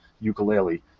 ukulele